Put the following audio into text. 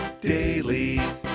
Daily